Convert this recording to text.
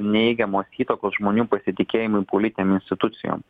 neigiamos įtakos žmonių pasitikėjimui politinėm institucijom